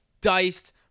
diced